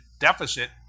deficit